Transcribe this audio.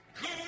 good